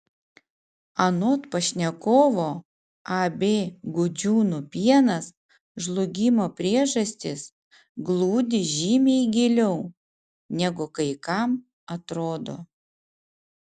anot pašnekovo ab gudžiūnų pienas žlugimo priežastys glūdi žymiai giliau negu kai kam atrodo